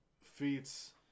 feats